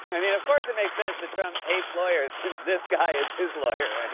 i mean of course it makes sense that trump hates lawyers since this guy is his lawyer. and